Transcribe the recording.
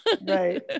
Right